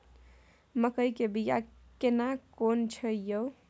मकई के बिया केना कोन छै यो?